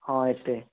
ହଁ ଏତେ